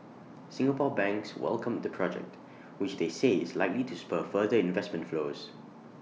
Singapore banks welcomed the project which they say is likely to spur further investment flows